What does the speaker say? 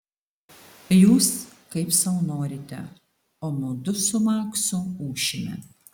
jūs kaip sau norite o mudu su maksu ūšime